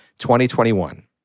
2021